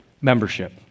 Membership